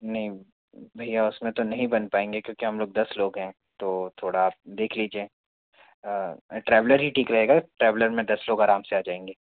नहीं भैया उसमें तो नहीं बन पाएँगे क्योंकि हम लोग दस लोग हैं तो थोड़ा आप देख लीजिए ट्रैवलर ही ठीक रहेगा ट्रैवलर में दस लोग आराम से आ जाएँगे